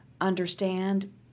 understand